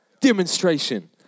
demonstration